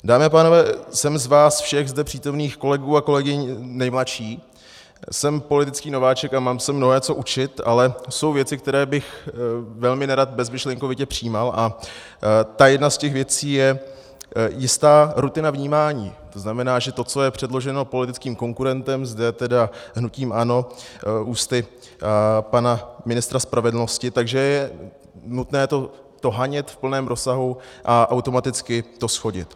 Dámy a pánové, jsem z vás všech zde přítomných kolegů a kolegyň nejmladší, jsem politický nováček a mám se mnohé co učit, ale jsou věci, které bych velmi nerad bezmyšlenkovitě přijímal, a ta jedna z těch věcí je jistá rutina vnímání, to znamená, že to, co je předloženo politickým konkurentem, zde hnutím ANO, ústy pana ministra spravedlnosti, že je nutné to hanět v plném rozsahu a automaticky to shodit.